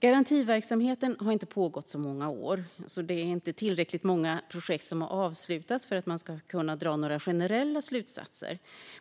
Garantiverksamheten har inte pågått så många år. Därför har inte tillräckligt många projekt avslutats för att man ska kunna dra några generella slutsatser.